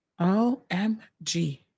Omg